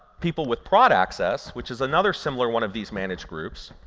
people with prod access, which is another similar one of these managed groups,